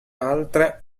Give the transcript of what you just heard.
altre